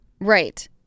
Right